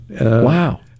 Wow